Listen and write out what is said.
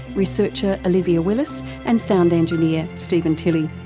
researcher olivia willis and sound engineer steven tilley.